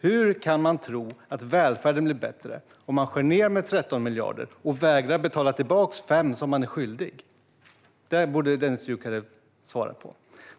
Hur kan ni tro att välfärden blir bättre om ni skär ned med 13 miljarder och vägrar betala de 5 miljarder staten är skyldig? Det borde Dennis Dioukarev svara på.